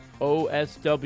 OSW